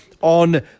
on